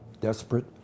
desperate